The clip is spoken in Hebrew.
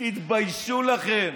תתביישו לכם.